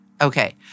Okay